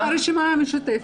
מהרשימה המשותפת.